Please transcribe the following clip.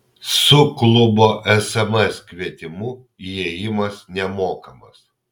su klubo sms kvietimu įėjimas nemokamas